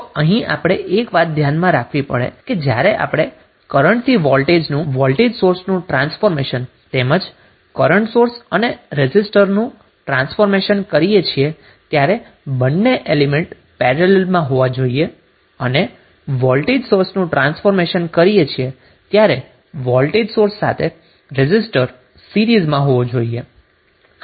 તો અહીં આપણે આ વાત ઘ્યાનમાં રાખવી પડશે કે જ્યારે આપણે કરન્ટથી વોલ્ટેજ સોર્સનું ટ્રાન્સફોર્મેશન તેમજ કરન્ટ સોર્સ અને રેઝિસ્ટરનું સોર્સ ટ્રાન્સફોર્મેશન કરીએ છીએ ત્યારે બંને એલીમેન્ટ પેરેલલમાં હોવા જોઈએ અને વોલ્ટેજ સોર્સ ટ્રાન્સફોર્મેશન કરીએ છીએ ત્યારે વોલ્ટેજ સોર્સ સાથે રેઝિસ્ટર સીરીઝમાં હોવા જોઈએ